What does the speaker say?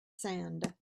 sand